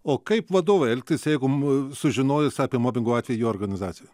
o kaip vadovui elgtis jeigu sužinojus apie mobingo jo organizacijoj